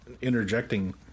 interjecting